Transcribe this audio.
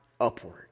upward